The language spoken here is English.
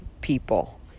people